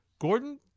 Gordon